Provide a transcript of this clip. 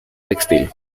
textil